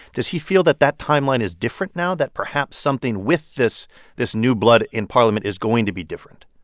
does he feel that that timeline is different now that perhaps something with this this new blood in parliament is going to be different?